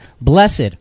Blessed